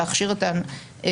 להכשיר את המנגישים,